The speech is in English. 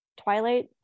twilight